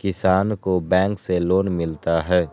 किसान को बैंक से लोन मिलता है?